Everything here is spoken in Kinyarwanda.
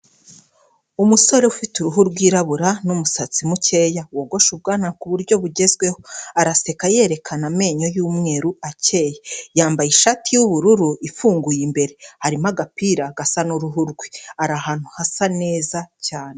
Umusore ufite uruhu rwirabura n' umusatsi mukeya. Wogoshe ubwanwana ku buryo bugezweho. Araseka yerekana amenyo y'umweru akeye. Yambaye ishati y'ubururu ifunguye imbere. Harimo agapira gasa n'uruhu rwe. Ari ahantu hasa neza cyane.